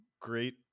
great